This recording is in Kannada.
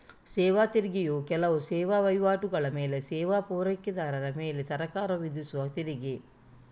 ಸೇವಾ ತೆರಿಗೆಯು ಕೆಲವು ಸೇವಾ ವೈವಾಟುಗಳ ಮೇಲೆ ಸೇವಾ ಪೂರೈಕೆದಾರರ ಮೇಲೆ ಸರ್ಕಾರವು ವಿಧಿಸುವ ತೆರಿಗೆ